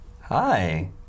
Hi